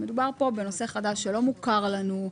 שמדובר פה בנושא חדש שלא מוכר לנו,